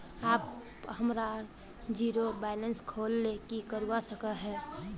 आप हमार zero balance खोल ले की करवा सके है?